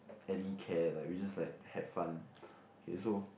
any care like we just like have fun okay so